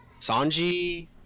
Sanji